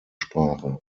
sprache